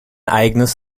eigenes